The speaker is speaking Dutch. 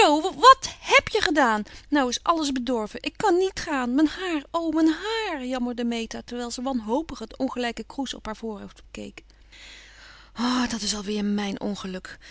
wat heb je gedaan nou is àlles bedorven ik kan niet gaan mijn haar o mijn haar jammerde meta terwijl ze wanhopig het ongelijke kroes op haar voorhoofd bekeek dat is alweer mijn ongeluk